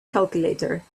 calculator